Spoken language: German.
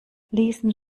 lesen